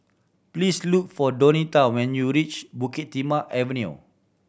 please look for Donita when you reach Bukit Timah Avenue